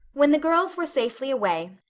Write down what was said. when the girls were safely away,